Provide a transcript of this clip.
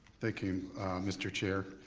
thank you mr. chair.